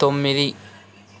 తొమ్మిది